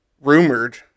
rumored